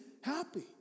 happy